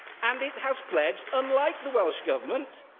and it has pledged, unlike the welsh government,